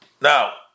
Now